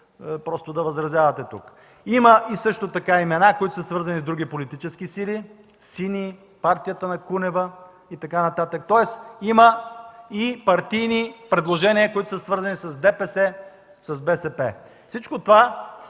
какво да възразявате тук. Има също така имена, които са свързани с други политически сили – сини, партията на Кунева и така нататък. Тоест, има и партийни предложения, които са свързани с ДПС, с БСП. Всичко това